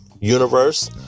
universe